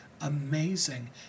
amazing